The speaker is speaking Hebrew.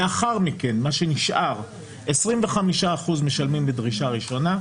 לאחר מכן מה שנשאר, 25% משלמים לדרישה ראשונה.